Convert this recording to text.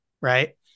Right